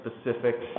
specific